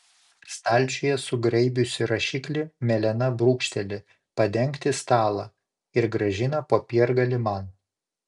stalčiuje sugraibiusi rašiklį melena brūkšteli padengti stalą ir grąžina popiergalį man